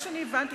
ממה שהבנתי,